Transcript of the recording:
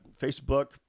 Facebook